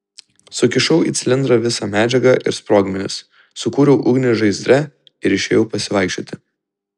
sukišau į cilindrą visą medžiagą ir sprogmenis sukūriau ugnį žaizdre ir išėjau pasivaikščioti